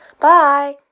Bye